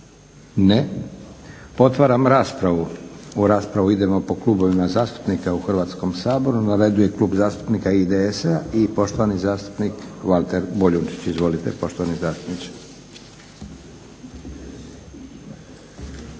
Ne. Otvaram raspravu. U raspravu idemo po klubovima zastupnika u Hrvatskom saboru. Na redu je Klub zastupnika IDS-a i poštovani zastupnik Valter Boljunčić. Izvolite poštovani zastupniče.